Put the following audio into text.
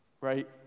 right